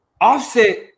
Offset